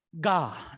God